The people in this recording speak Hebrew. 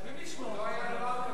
חייבים, לא היה דבר כזה.